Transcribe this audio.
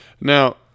Now